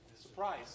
Surprise